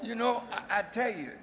you know i'd tell you